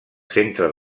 centre